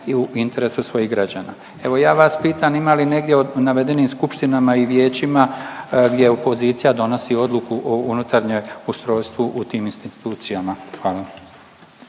i u interesu svojih građana. Evo ja vas pitam ima li negdje od navedenim skupštinama i vijećima gdje opozicija donosi odluku o unutarnjem ustrojstvu u tim institucijama? Hvala.